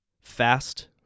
Fast